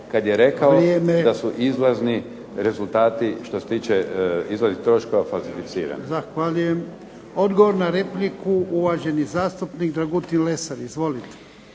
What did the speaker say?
Andrija (HDZ)** Izlazni rezultati što se tiče izlaznih troškova falsificirani. **Jarnjak, Ivan (HDZ)** Zahvaljujem. Odgovor na repliku, uvaženi zastupnik Dragutin Lesar. Izvolite.